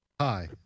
Hi